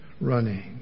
running